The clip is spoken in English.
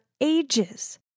ages